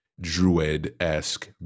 druid-esque